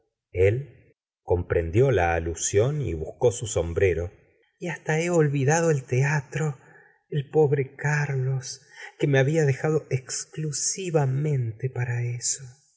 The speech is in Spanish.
el comprendió la alusión y buscó su sombrero y hasta he olvidado al teatro el pobre carlos que me babia dejado exclusivamente para eso